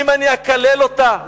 אם אני אקלל אותה,